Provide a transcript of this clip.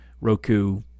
Roku